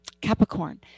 Capricorn